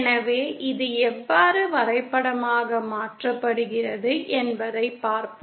எனவே இது எவ்வாறு வரைபடமாக மாற்றப்படுகிறது என்பதைப் பார்ப்போம்